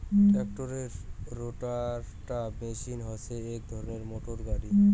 ট্রাক্টরের রোটাটার মেশিন হসে এক ধরণের মোটর গাড়ি